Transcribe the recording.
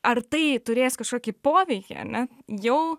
ar tai turės kažkokį poveikį ane jau